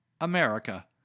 America